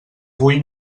vull